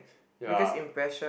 ya